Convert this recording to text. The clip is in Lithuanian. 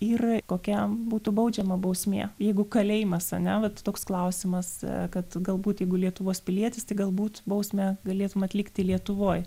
ir kokia būtų baudžiama bausmė jeigu kalėjimas ane vat toks klausimas kad galbūt jeigu lietuvos pilietis tai galbūt bausmę galėtum atlikti lietuvoj